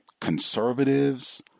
conservatives